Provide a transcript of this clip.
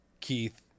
Keith